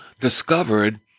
discovered